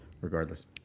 regardless